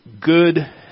good